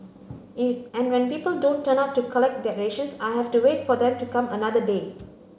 and when people don't turn up to collect their rations I have to wait for them to come another day